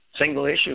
single-issue